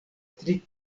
tri